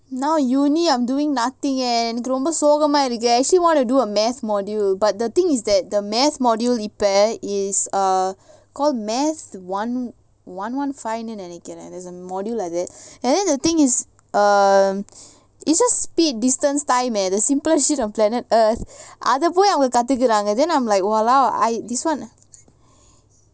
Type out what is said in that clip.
now uni I'm doing nothing eh எனக்குரொம்பசோகமாஇருக்கு:enaku romba sogama iruku I actually want to do a math module but the thing is that the math module இப்ப:ippa is err called maths one one one நெனைக்கிறேன்:nenaikren there's a module like that and then the thing is um it's just speed distance time eh the simplest shit on planet earth அதபொய்அவங்ககத்துக்குறாங்க:adha poi avanga kathukuranga then I'm like !walao! this one